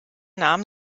nahm